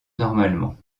normalement